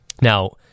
Now